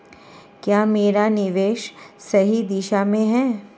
क्या मेरा निवेश सही दिशा में है?